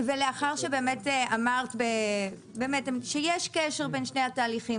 ולאחר שאמרת שיש קשר בין שני התהליכים,